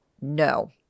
No